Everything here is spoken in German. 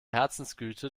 herzensgüte